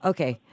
Okay